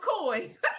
coins